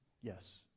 Yes